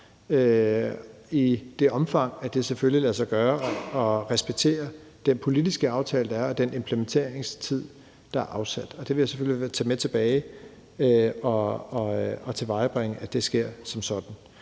i det omfang, at det lader sig gøre at respektere den politiske aftale, der er, og den implementeringstid, der er afsat. Det vil jeg selvfølgelig tage med tilbage, og jeg vil tilvejebringe, at det sker som sådan.